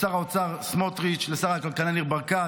לשר האוצר סמוטריץ', לשר הכלכלה ניר ברקת,